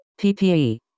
PPE